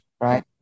Right